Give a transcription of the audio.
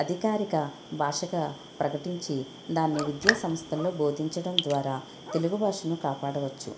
అధికారిక భాషగా ప్రకటించి దానిని విద్యాసంస్థల్లో బోధించటం ద్వారా తెలుగు భాషను కాపాడవచ్చు